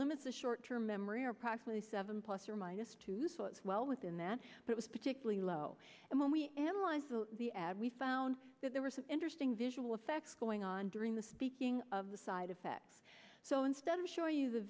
limits of short term memory are approximately seven plus or minus two thoughts well within that but was particularly low and when we analyzed the ad we found that there were some interesting visual effects going on during the speaking of the side effects so instead of show you the